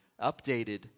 updated